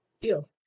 Deal